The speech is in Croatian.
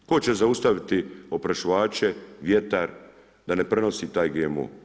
Tko će zaustaviti oprašivače, vjetar da ne prenosi taj GMO?